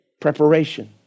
preparation